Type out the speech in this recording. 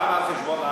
למה על חשבון,